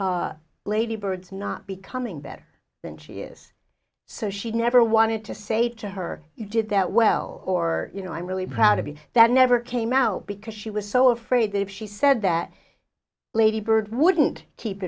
ladybirds not becoming better than she is so she never wanted to say to her you did that well or you know i'm really proud to be that never came out because she was so afraid that if she said that lady bird wouldn't keep